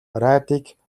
радийг